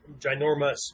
ginormous